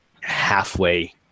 halfway